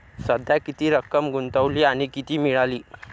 सध्या किती रक्कम गुंतवली आणि किती मिळाली